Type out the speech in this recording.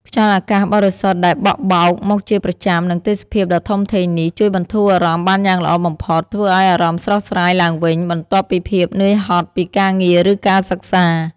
ខ្យល់អាកាសបរិសុទ្ធដែលបក់បោកមកជាប្រចាំ និងទេសភាពដ៏ធំធេងនេះ ជួយបន្ធូរអារម្មណ៍បានយ៉ាងល្អបំផុត ធ្វើឲ្យអារម្មណ៍ស្រស់ស្រាយឡើងវិញបន្ទាប់ពីភាពនឿយហត់ពីការងារឬការសិក្សា។